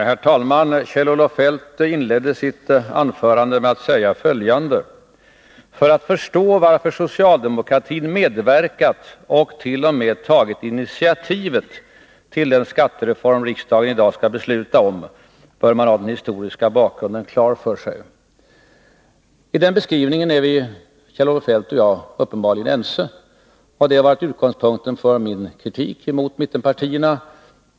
Herr talman! Kjell-Olof Feldt inledde sitt anförande med att säga följande: För att förstå varför socialdemokratin medverkat och t.o.m. tagit initiativet till den skattereform riksdagen i dag skall besluta om bör man ha den historiska bakgrunden klar för sig. I den beskrivningen är Kjell-Olof Feldt och jag uppenbarligen ense, och det har varit utgångspunkten för min kritik mot mittenpartierna.